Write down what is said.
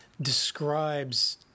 describes